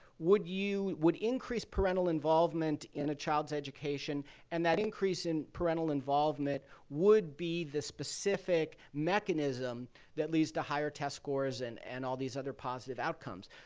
would you would increased parental involvement in a child's education and that increase in parental involvement would be the specific mechanism that leads to higher test scores and and all these other positive outcomes.